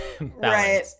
Right